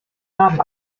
haben